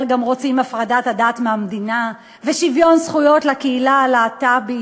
גם רוצים הפרדת הדת מהמדינה ושוויון זכויות לקהילה הלהט"בית,